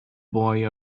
boy